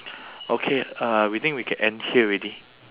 okay uh we think we can end here already